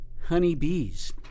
honeybees